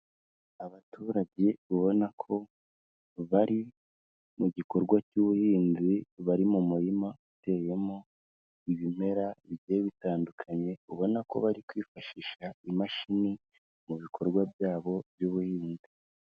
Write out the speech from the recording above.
Ubaturage ubona ko bari mu gikorwa cy'ubuhinzi, bari mu murima uteyemo ibimera bigiye bitandukanye, ubona ko bari kwifashisha imashini mu bikorwa byabo by'ubuhinzi.